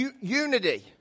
unity